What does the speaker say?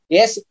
Yes